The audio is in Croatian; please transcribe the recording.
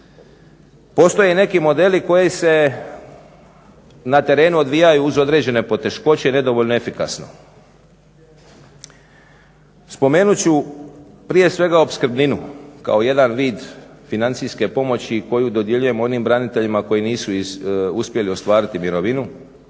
Postoje i neki modeli koji se na terenu odvijaju uz određene poteškoće nedovoljno efikasno. Spomenut ću prije svega opskrbninu kao jedan vid financijske pomoći koju dodjeljujemo onim braniteljima koji nisu uspjeli ostvariti mirovinu,